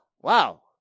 Wow